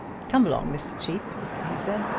come along, mr. cheape! he said.